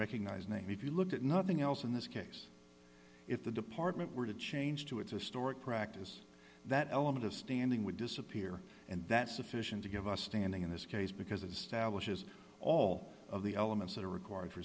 recognized name if you look at nothing else in this case if the department were to change to its historic practice that element of standing would disappear and that's sufficient to give us standing in this case because it stablish is all of the elements that are required